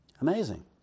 amazing